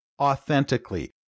authentically